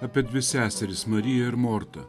apie dvi seseris mariją ir mortą